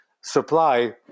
supply